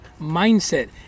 mindset